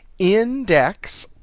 index,